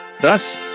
Thus